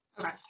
okay